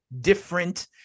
different